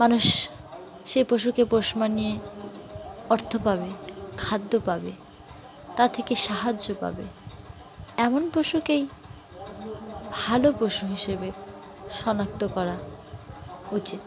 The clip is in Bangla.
মানুষ সেই পশুকে পোষ মানিয়ে অর্থ পাবে খাদ্য পাবে তা থেকে সাহায্য পাবে এমন পশুকেই ভালো পশু হিসেবে শনাক্ত করা উচিৎ